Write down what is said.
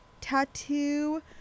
tattoo